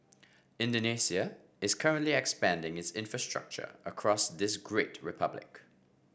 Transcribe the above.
indonesia is currently expanding its infrastructure across this great republic